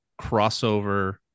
crossover